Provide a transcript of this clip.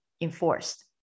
enforced